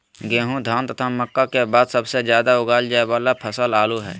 गेहूं, धान तथा मक्का के बाद सबसे ज्यादा उगाल जाय वाला फसल आलू हइ